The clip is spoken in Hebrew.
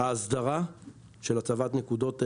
ההסדרה של הצבת נקודות רעייה,